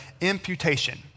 imputation